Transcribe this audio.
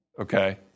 Okay